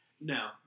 No